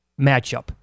matchup